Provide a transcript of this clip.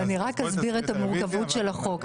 אני רק אסביר את המורכבות של החוק.